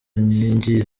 nkingi